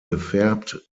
gefärbt